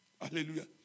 Hallelujah